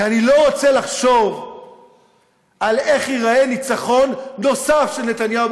כי אני לא רוצה לחשוב על איך ייראה ניצחון נוסף של נתניהו,